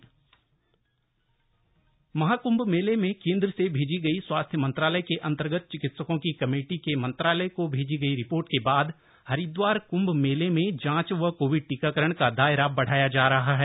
हरिदवार कंभ में कोविड टीकाकारण महाकृंभ मेले में केंद्र से भेजी गई स्वास्थ्य मंत्रालय के अंतर्गत चिकित्सकों की कमेटी के मंत्रालय को भैजी गई रिपोर्ट के बाद हरिद्वार क्ंभ मेले में जांच व कोविड टीकाकरण का दायरा बढ़ाया जा रहा है